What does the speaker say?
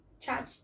charge